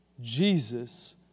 Jesus